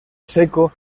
seco